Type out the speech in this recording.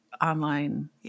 online